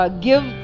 Give